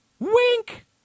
Wink